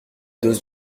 dose